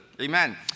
Amen